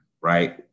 right